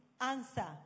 answer